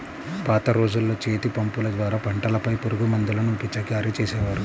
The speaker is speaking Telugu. పాత రోజుల్లో చేతిపంపుల ద్వారా పంటలపై పురుగుమందులను పిచికారీ చేసేవారు